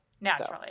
Naturally